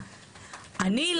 אני,